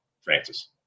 Francis